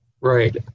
Right